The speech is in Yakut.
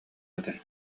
этэ